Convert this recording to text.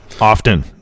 often